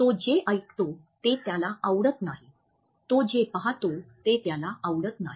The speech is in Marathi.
तो जे ऐकतो ते त्याला आवडत नाही तो जे पाहतो ते त्याला आवडत नाही